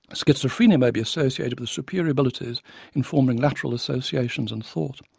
schizophrenia may be associated with superior abilities in forming lateral associations and thought,